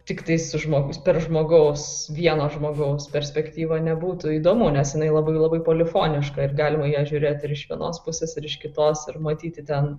tiktai su žmogus per žmogaus vieno žmogaus perspektyvą nebūtų įdomu nes jinai labai labai polifoniška ir galima į ją žiūrėti ir iš vienos pusės ir iš kitos ir matyti ten